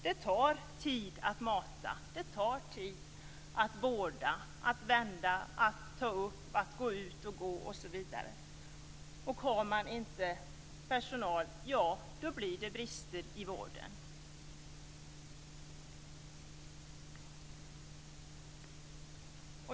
Det tar tid att mata, att vårda, att vända och att ta upp de gamla, att gå ut och gå med dem osv. Har man inte personal, blir det brister i vården.